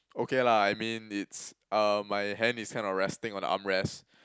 okay lah I mean it's uh my hand is kind of resting on the arm rest